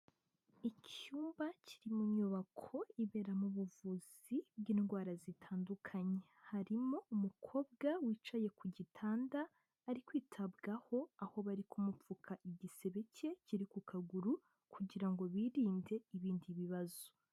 Icyumba kiri mu nyubako ibera mu buvuzi bw'indwara zitandukanye, harimo umukobwa wicaye ku gitanda ari kwitabwaho aho bari kumupfuka igisebe cye kiri ku kaguru kugira ngo birinde ibindi bibazo.